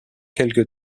quelque